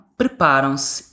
preparam-se